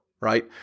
right